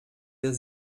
der